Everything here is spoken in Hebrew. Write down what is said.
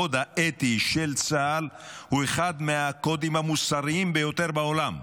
הקוד האתי של צה"ל הוא אחד מהקודים המוסריים ביותר בעולם.